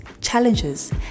challenges